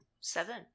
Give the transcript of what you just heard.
Seven